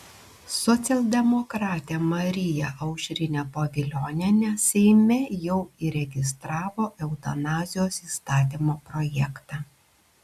socialdemokratė marija aušrinė pavilionienė seime jau įregistravo eutanazijos įstatymo projektą